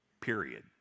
Period